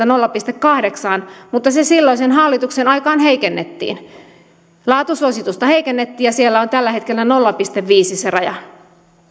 nolla pilkku kahdeksan mutta se silloisen hallituksen aikaan heikennettiin laatusuositusta heikennettiin ja siellä on tällä hetkellä nolla pilkku viisi se raja